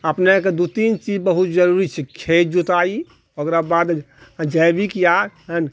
अपने कऽ दू तीन चीज बहुत जरूरी छै खेत जुताइ ओकरा बाद जैविक या